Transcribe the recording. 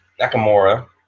Nakamura